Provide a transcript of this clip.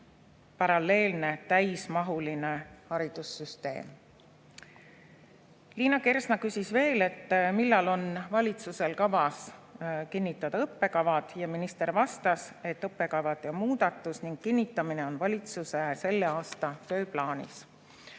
paralleelne täismahuline haridussüsteem. Liina Kersna küsis veel, millal on valitsusel kavas kinnitada õppekavad, ja minister vastas, et õppekavade muudatus ning kinnitamine on valitsuse selle aasta tööplaanis.